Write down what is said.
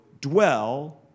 dwell